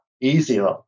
easier